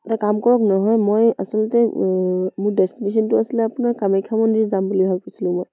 এটা কাম কৰক নহয় মই আচলতে মোৰ ডেষ্টিনেশ্যনটো আছিলে আপোনাৰ কামাখ্যা মন্দিৰ যাম বুলি ভাবিছিলোঁ মই